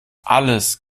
alles